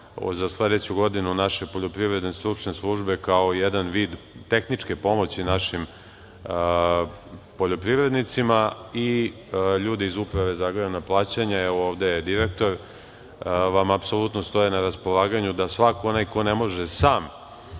za sledeću godinu naše poljoprivredne stručne službe kao jedan vid tehničke pomoći našim poljoprivrednica i ljudi iz Uprave za agrarna plaćanja, evo ovde je direktor, vam apsolutno stoje na raspolaganju da svako onaj ko ne može sam